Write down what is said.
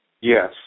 Yes